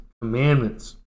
commandments